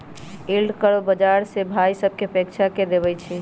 yield curve बाजार से भाइ सभकें अपेक्षा के देखबइ छइ